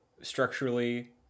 structurally